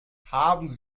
haben